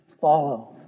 follow